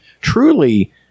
truly